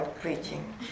preaching